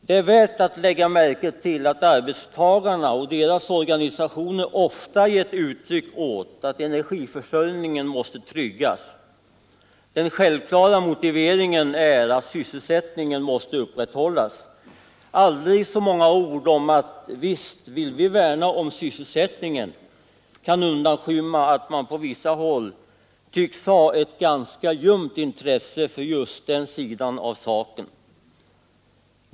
Det är värt att lägga märke till att arbetstagarna och deras organisationer ofta gett uttryck åt uppfattningen att energiförsörjningen måste tryggas. Den självklara motiveringen är att sysselsättningen måste upprätthållas. Aldrig så många ord om att ”visst vill vi värna om sysselsättningen” kan undanskymma att man på vissa håll tycks ha ett ganska ljumt intresse för den sidan av saken.